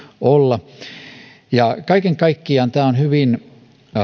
olla kaiken kaikkiaan tämä on hyvin